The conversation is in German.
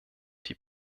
die